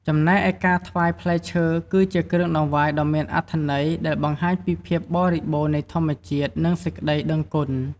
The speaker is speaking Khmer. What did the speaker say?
ចំណែកឯការថ្វាយ ផ្លែឈើ គឺជាគ្រឿងតង្វាយដ៏មានអត្ថន័យដែលបង្ហាញពីភាពបរិបូរណ៍នៃធម្មជាតិ និងសេចក្តីដឹងគុណ។